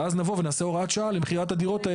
ואז נבוא ונעשה הוראת שעה למכירת הדירות,